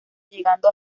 llegando